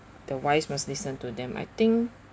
the wives must listen to them I think